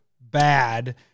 bad